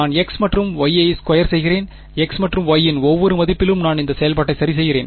நான் x மற்றும் y ஐ ஸ்கொயர் செய்கிறேன் x மற்றும் y இன் ஒவ்வொரு மதிப்பிலும் நான் இந்த செயல்பாட்டை சரி செய்கிறேன்